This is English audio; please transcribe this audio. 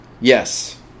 Yes